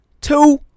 Two